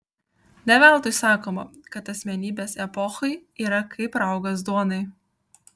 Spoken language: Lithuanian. ne veltui sakoma kad asmenybės epochai yra kaip raugas duonai